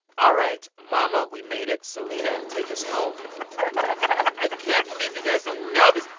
all right. mama, we made it. selena, take us home i can't believe you guys don't know this.